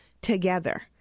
together